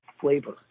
flavor